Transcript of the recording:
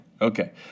Okay